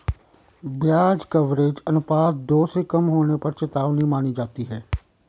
ब्याज कवरेज अनुपात दो से कम होने पर चेतावनी मानी जाती है